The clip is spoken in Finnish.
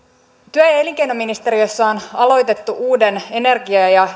työ ja elinkeinoministeriössä on aloitettu uuden energia ja